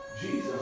Jesus